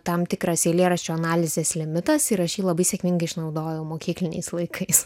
tam tikras eilėraščio analizės limitas ir aš jį labai sėkmingai išnaudojau mokykliniais laikais